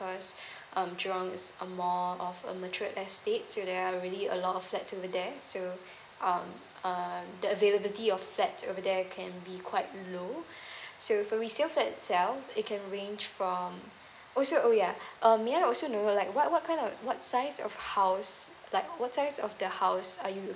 because um jurong is a more of a mature estate so there are really a lot of flats over there so um um the availability of flats over there can be quite low so for resale flat itself it can range from also oh yeah um may I also know like what what kind of what size of house like what size of the house are you